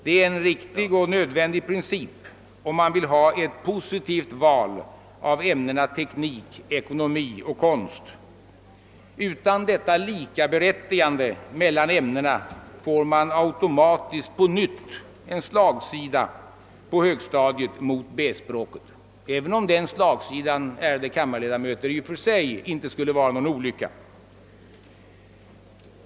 Det är en riktig och nödvändig princip, om man vill ha ett positivt val av ämnena teknik, ekonomi och konst. Utan detta likaberättigande mellan ämnena får man automatiskt på nytt en slagsida På högstadiet mot B-språket, även om den slagsidan, ärade kammarledamöter, i och för sig inte skulle vara nå Son olycka.